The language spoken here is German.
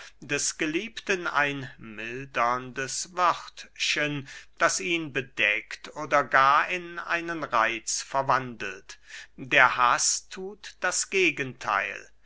des geliebten ein milderndes wörtchen das ihn bedeckt oder gar in einen reitz verwandelt der haß thut das gegentheil